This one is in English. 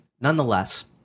Nonetheless